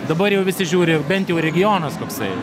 dabar jau visi žiūri bent jau regionas koksai